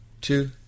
two